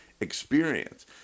experience